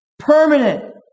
Permanent